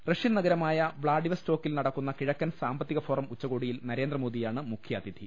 Russian നഗരമായ വ്ളാഡിവസ്റ്റോക്കിൽ നടക്കുന്ന കിഴക്കൻ സാമ്പത്തിക ഫോറം ഉച്ചകോടിയിൽ നരേന്ദ്രമോദിയാണ് മുഖ്യാതിഥി